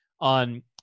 on